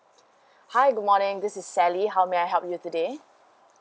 hi good morning this is sally how may I help you today